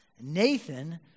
Nathan